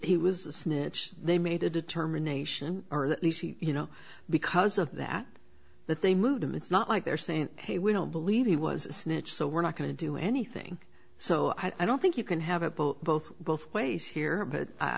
he was a snitch they made a determination you know because of that that they moved him it's not like they're saying hey we don't believe he was a snitch so we're not going to do anything so i don't think you can have it both both both ways here but i